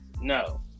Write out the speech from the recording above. No